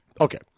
Okay